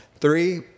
three